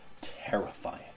terrifying